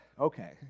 okay